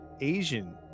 asian